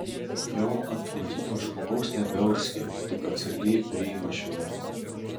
jau ant matyto žmogaus nebeurzgia tik atsargiai priima švelnumą